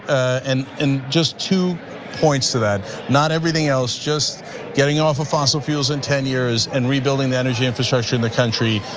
and and just two points to that. not everything else, just getting off of fossil fuels in ten years, and rebuilding the energy infrastructure in the country,